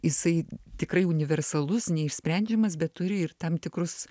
jisai tikrai universalus neišsprendžiamas bet turi ir tam tikrus